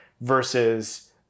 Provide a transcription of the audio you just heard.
versus